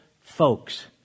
folks